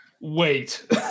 Wait